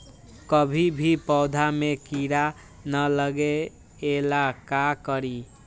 कभी भी पौधा में कीरा न लगे ये ला का करी?